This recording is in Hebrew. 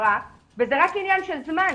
וזה רק עניין של זמן.